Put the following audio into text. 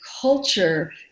culture